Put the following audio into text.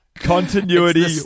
continuity